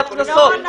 בבוקר,